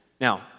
Now